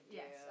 yes